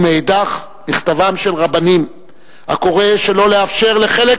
ומאידך מכתבם של רבנים הקורא שלא לאפשר לחלק